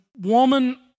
woman